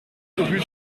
rue